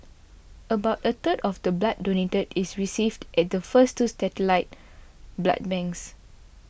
about a third of the blood donated is received at the first two satellite blood banks